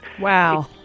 wow